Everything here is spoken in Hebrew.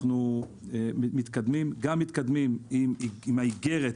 אנחנו מתקדמים גם עם האיגרת